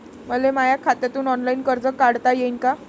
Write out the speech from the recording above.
मले माया खात्यातून ऑनलाईन कर्ज काढता येईन का?